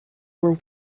were